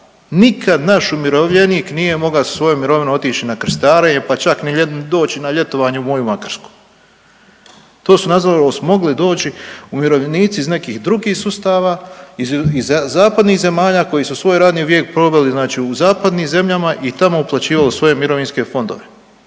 nikad naš umirovljenik nije mogao sa svojom mirovinom otići na krstarenje pa čak ni doći na ljetovanje u moju Makarsku. To su nažalost mogli doći umirovljenici iz nekih drugih sustava, iz zapadnih zemalja koje su svoj radni vijek proveli znači u zapadnim zemljama i tamo uplaćivali u svoje mirovinske fondove.